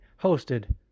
hosted